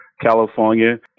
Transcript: California